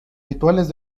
rituales